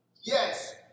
yes